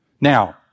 Now